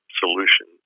solution